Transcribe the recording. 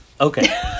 Okay